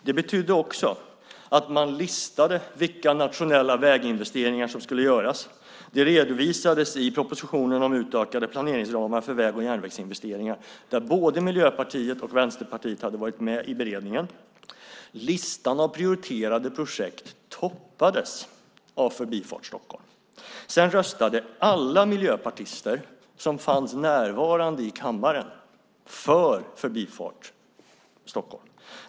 Det betydde också att man listade vilka nationella väginvesteringar som skulle göras. Det redovisades i propositionen om utökade planeringsramar för väg och järnvägsinvesteringar, där både Miljöpartiet och Vänsterpartiet hade varit med i beredningen. Listan med prioriterade projekt toppades av Förbifart Stockholm. Sedan röstade alla miljöpartister som fanns närvarande i kammaren för Förbifart Stockholm.